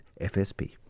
FSP